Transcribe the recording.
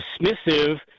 dismissive